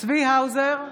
צבי האוזר,